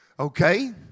Okay